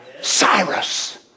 Cyrus